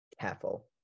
careful